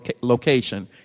location